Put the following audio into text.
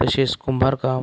तसेच कुंभार काम